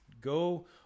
Go